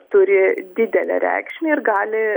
turi didelę reikšmę ir gali